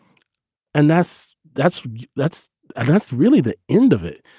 and that's that's that's and that's really the end of it.